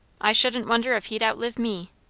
i shouldn't wonder if he'd outlive me.